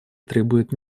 требует